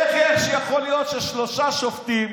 איך יכול להיות ששלושה שופטים,